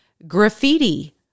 Graffiti